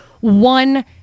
one